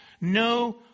no